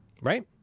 right